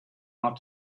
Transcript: not